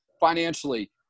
financially